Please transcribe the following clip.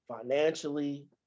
financially